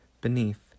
beneath